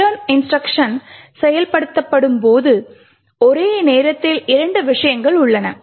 return instruction செயல்படுத்தப்படும்போது ஒரே நேரத்தில் இரண்டு விஷயங்கள் உள்ளன